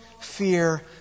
fear